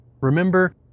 Remember